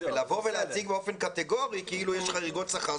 לבוא ולהציג באופן קטגורי כאילו יש חריגות שכר,